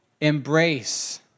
embrace